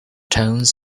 towns